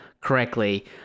correctly